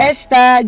Esther